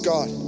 God